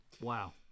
wow